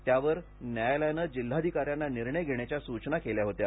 त्यावर न्यायालयाने जिल्हाधिकार्यांना निर्णय घेण्याच्या सूचना केल्या होत्या